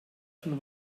von